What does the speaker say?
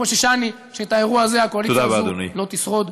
חוששני שאת האירוע הזה הקואליציה הזו לא תשרוד.